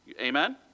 Amen